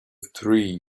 three